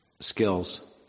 skills